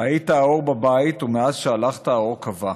"היית האור בבית, ומאז שהלכת האור כבה.